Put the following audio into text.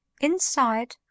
Inside